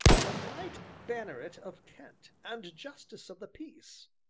a knight banneret of kent, and justice of the peace!